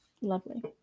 lovely